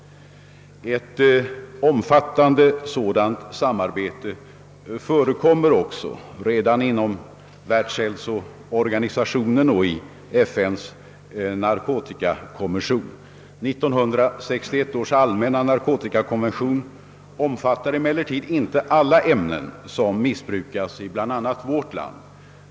Ett omfattande sådant samarbete förekommer redan inom Världshälsoorganisationen och i FN:s narkotikakommission. 1961 års allmänna narkotikakonvention omfattar emellertid inte alla ämnen som missbrukas i bl.a. vårt land.